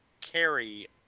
carry